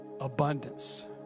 abundance